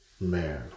Man